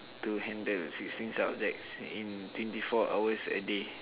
to handle sixteen subjects in twenty four hours a day